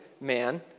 man